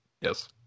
yes